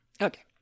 Okay